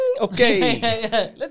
Okay